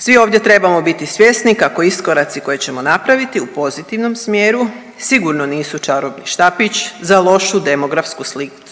Svi ovdje trebamo biti svjesni kako iskoraci koje ćemo napraviti u pozitivnom smjeru sigurno nisu čarobni štapić za lošu demografsku sliku u